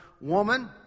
Woman